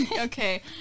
Okay